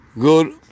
good